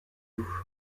vous